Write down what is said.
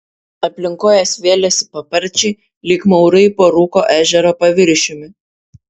aplink kojas vėlėsi paparčiai lyg maurai po rūko ežero paviršiumi